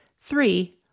Three